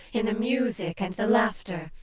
in the music and the laughter,